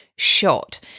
shot